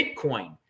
Bitcoin